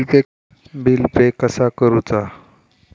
Bill pay कसा करुचा?